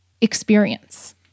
experience